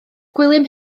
gwilym